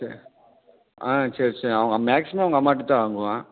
சரி ஆ சரி சரி அவங்க மேக்ஸிமம் அவங்க அம்மாகிட்ட தான் வாங்குவேன்